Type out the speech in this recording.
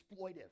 exploitive